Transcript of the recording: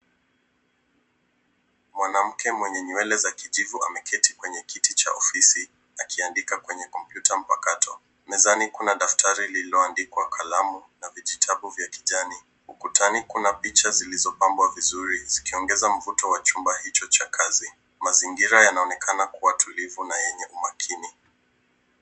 Mwanamke mwenye nywele za kijivu ameketi kwenye kiti cha ofisi akiandika kwenye kompyuta mpakato. Mezani kuna daftari lililo andikwa, kalamu na vijitabu vya kijani. Ukutani kuna picha zilizo pambwa vizuri zikiongeza mvuto wa chumba hicho cha kazi. Mazingira yanaonekana kuwa tulivu na yenye umakini.